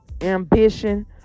ambition